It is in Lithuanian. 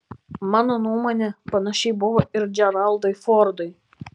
mano nuomone panašiai buvo ir džeraldui fordui